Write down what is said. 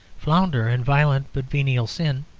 flounder in violent but venial sin,